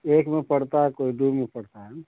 एक में पढ़ता है कोई दो में पढ़ता है